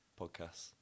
podcasts